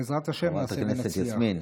בעזרת השם נעשה ונצליח.